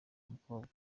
umukobwa